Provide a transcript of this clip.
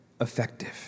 effective